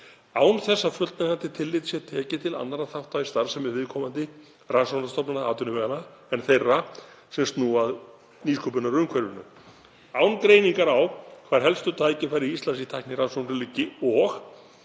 án þess að fullnægjandi tillit sé tekið til annarra þátta í starfsemi viðkomandi rannsóknastofnana atvinnuveganna en þeirra sem snúa að nýsköpunarumhverfinu, án greiningar á hvar helstu tækifæri Íslands í tæknirannsóknum liggi og